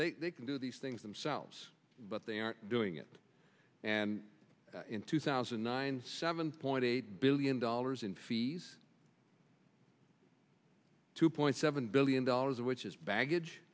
they can do these things themselves but they are doing it and in two thousand and nine seven point eight billion dollars in fees two point seven billion dollars of which is baggage